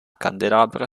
candelabro